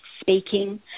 speaking